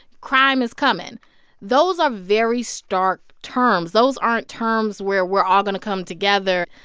crime is coming. those are very stark terms. those aren't terms where we're all going to come together.